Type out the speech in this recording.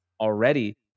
already